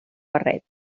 barret